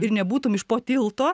ir nebūtum iš po tilto